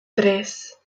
tres